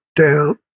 down